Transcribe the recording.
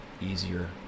easier